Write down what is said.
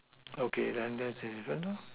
okay then that's the difference lor